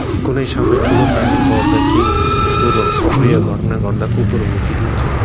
कुनै समय ठुलो पानी पर्दा केही कुरो अप्रिय घटना घट्दा कुकुर भुकिदिन्छ